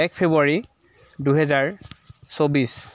এক ফেব্ৰুৱাৰী দুহেজাৰ চৌবিছ